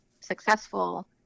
successful